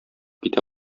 китә